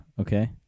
Okay